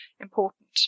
important